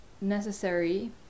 necessary